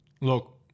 Look